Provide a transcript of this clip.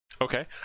okay